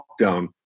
lockdown